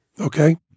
okay